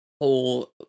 whole